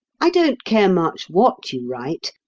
i don't care much what you write,